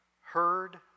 heard